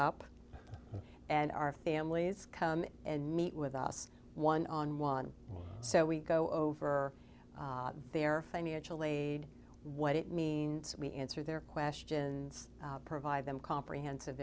up and our families come and meet with us one on one so we go over their financial aid what it means we answer their questions provide them comprehensive